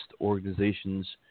organizations